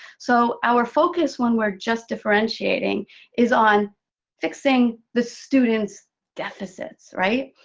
so our focus when we're just differentiating is on fixing the student's deficits, right?